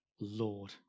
Lord